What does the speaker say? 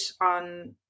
on